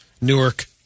Newark